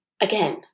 Again